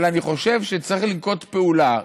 אבל אני חושב שצריך לנקוט פעולה,